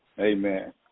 Amen